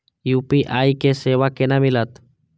UPI के सेवा केना मिलत?